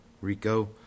Rico